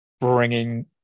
bringing